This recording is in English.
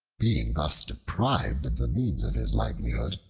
being thus deprived of the means of his livelihood,